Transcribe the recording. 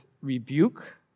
rebuke